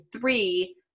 three